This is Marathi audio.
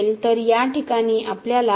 तर या ठिकाणी आपल्याला मिळेल